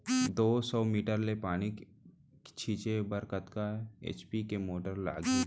दो सौ मीटर ले पानी छिंचे बर कतका एच.पी के मोटर लागही?